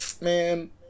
man